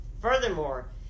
Furthermore